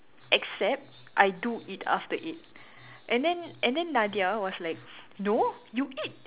except I do eat after eight and then and then Nadia was like no you eat